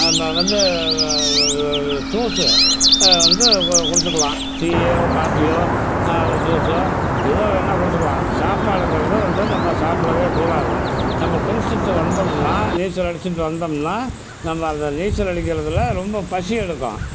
நம்ம வந்து ஜூஸு வந்து கு குடித்துக்கலாம் டீயோ காபியோ அல்லது ஜூஸோ எதை வேணுனா குடித்துக்கலாம் சாப்பாடுங்கிறத வந்து நம்ம சாப்பிடவே கூடாது நம்ம குளிச்சுட்டு வந்தோம்னா நீச்சல் அடிச்சுட்டு வந்தோம்னா நம்ம அந்த நீச்சல் அடிக்கிறதுல ரொம்ப பசி எடுக்கும்